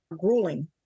grueling